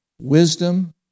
Wisdom